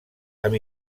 amb